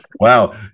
wow